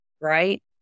right